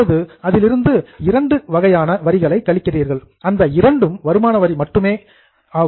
இப்போது அதிலிருந்து இரண்டு வகையான வரிகளை கழிக்கிறீர்கள் அந்த இரண்டும் வருமான வரி மட்டுமே ஆகும்